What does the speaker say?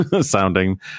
sounding